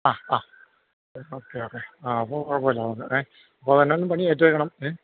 ആ ആ okay okay ആ അപ്പം കുഴപ്പമില്ല നമുക്ക് ഏ അപ്പം എന്നാണേലും പണി ഏറ്റേക്കണം ഏ